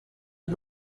you